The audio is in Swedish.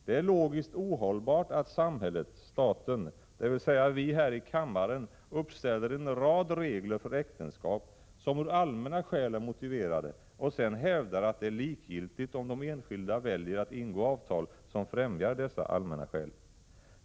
Det är logiskt ohållbart att samhället — staten, dvs. vi här i kammaren — uppställer en rad regler för äktenskapet, vilka är motiverade av allmänna skäl, och sedan hävdar att det är likgiltigt om de enskilda väljer att ingå avtal som främjar dessa allmänna skäl.